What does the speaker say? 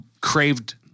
craved